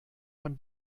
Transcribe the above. von